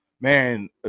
man